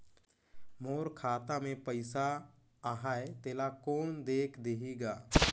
मोर खाता मे पइसा आहाय तेला कोन देख देही गा?